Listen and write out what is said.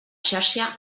xarxa